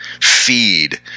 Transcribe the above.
feed